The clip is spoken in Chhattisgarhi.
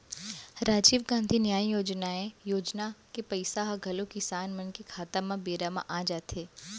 राजीव गांधी न्याय योजनाए योजना के पइसा ह घलौ किसान मन के खाता म बेरा म आ जाथे